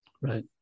Right